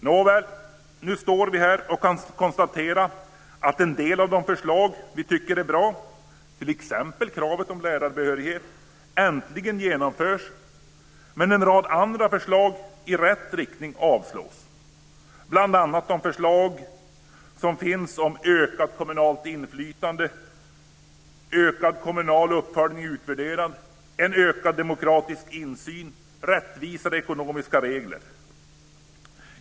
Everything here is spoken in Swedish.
Nåväl, nu står vi här och kan konstatera att en del av de förslag vi tycker är bra, t.ex. kravet på lärarbehörighet, äntligen genomförs medan en rad andra förslag i rätt riktning avslås. Däribland finns förslag om ökat kommunalt inflytande, ökad kommunal uppföljning och utvärdering, en ökad demokratisk insyn och rättvisare ekonomiska regler.